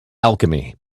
alchemy